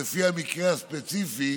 לפי המקרה הספציפי